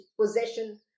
possession